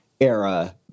era